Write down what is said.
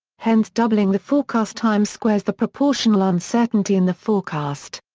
hence doubling the forecast time squares the proportional uncertainty in the forecast.